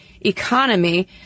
Economy